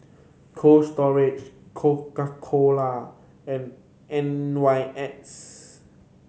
Cold Storage Coca Cola and N Y X